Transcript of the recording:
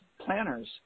planners